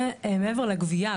ומעבר לגבייה,